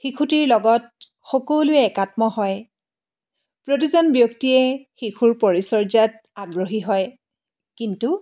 শিশুটিৰ লগত সকলোৱে একাত্ম হয় প্ৰতিজন ব্যক্তিয়ে শিশুৰ পৰিচৰ্যাত আগ্ৰহী হয় কিন্তু